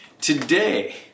Today